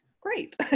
Great